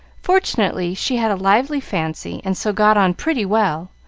fortunately, she had a lively fancy, and so got on pretty well,